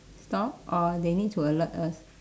stop or they need to alert us